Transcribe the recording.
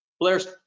Blair's